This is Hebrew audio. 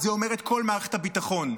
את זה אומרת כל מערכת הביטחון.